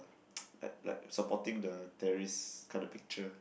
like like supporting the terrorist kind of picture